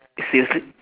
seriously